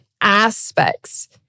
aspects